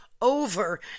over